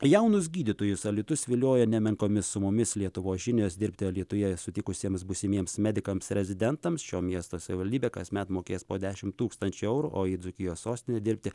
jaunus gydytojus alytus vilioja nemenkomis sumomis lietuvos žinios dirbti alytuje sutikusiems būsimiems medikams rezidentams šio miesto savivaldybė kasmet mokės po dešimt tūkstančių eurų o į dzūkijos sostinę dirbti